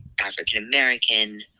African-American